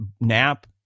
nap